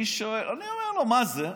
אני אומר לו: מה זה?